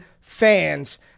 fans